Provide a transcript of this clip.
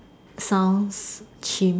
sounds chim